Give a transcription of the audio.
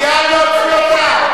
מייד להוציא אותה.